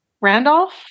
Randolph